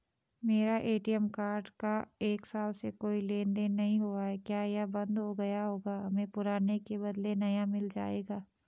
मेरा ATM card का एक साल से कोई लेन देन नहीं हुआ है क्या यह बन्द हो गया होगा हमें पुराने के बदलें नया मिल जाएगा?